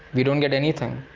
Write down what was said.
we don't get anything